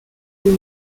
full